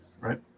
right